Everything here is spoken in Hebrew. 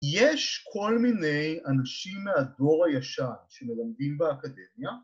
‫יש כל מיני אנשים מהדור הישר ‫שמלמדים באקדמיה.